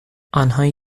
آنهایی